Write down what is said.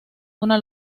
una